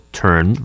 turn